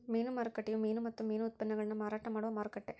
ಮೀನು ಮಾರುಕಟ್ಟೆಯು ಮೀನು ಮತ್ತು ಮೀನು ಉತ್ಪನ್ನಗುಳ್ನ ಮಾರಾಟ ಮಾಡುವ ಮಾರುಕಟ್ಟೆ